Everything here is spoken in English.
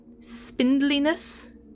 spindliness